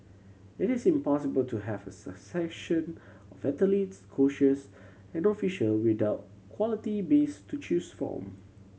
it is impossible to have a succession athletes coaches and official without quality base to choose from